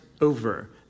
over